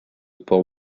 port